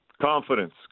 Confidence